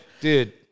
Dude